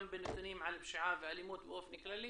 גם בנתונים על פשיעה ואלימות באופן כללי